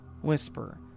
whisper